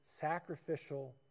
sacrificial